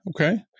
okay